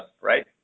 right